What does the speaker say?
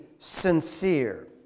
sincere